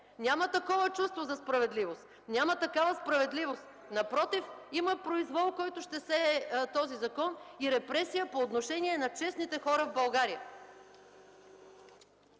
няма такова чувство за справедливост, няма такава справедливост! Напротив, има произвол, който ще сее този закон, и репресия по отношение на честните хора в България!